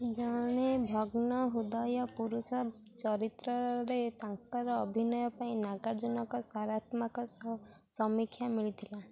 ଜଣେ ଭଗ୍ନ ହୃଦୟ ପୁରୁଷ ଚରିତ୍ରରେ ତାଙ୍କର ଅଭିନୟ ପାଇଁ ନାଗାର୍ଜୁନଙ୍କ ସରାତ୍ମାକ ସ ସମୀକ୍ଷା ମିଳିଥିଲା